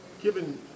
Given